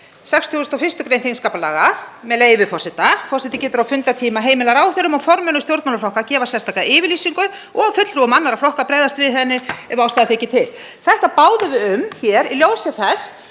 61. gr. þingskapalaga, með leyfi forseta: „Forseti getur á fundartíma heimilað ráðherrum og formönnum stjórnmálaflokka að gefa sérstaka yfirlýsingu og fulltrúum annarra flokka að bregðast við henni ef ástæða er til.“ Þetta báðum við um hér í ljósi þess